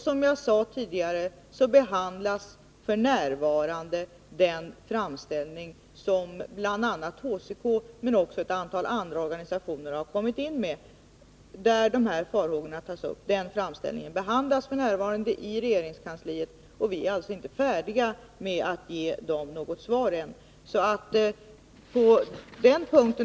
Som jag sade tidigare behandlas f.n. i regeringskansliet den framställning som bl.a. HCK men också ett antal andra organisationer kommit in med och där de här farhågorna tas upp. Vi är inte färdiga med det arbetet och kan alltså inte ge något svar ännu.